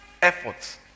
efforts